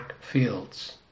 fields